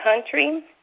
country